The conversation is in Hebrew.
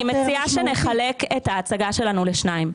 אני מציעה שנחלק את ההצגה שלנו לשניים.